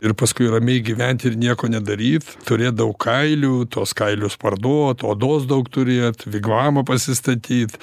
ir paskui ramiai gyvent ir nieko nedaryt turėt daug kailių tuos kailius parduot odos daug turėt vigvamą pasistatyt